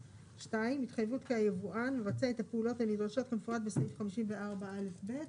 2. התחייבות כי היבואן מבצע את הפעולות הנדרשות כמפורט בסעיף 54 א' ב',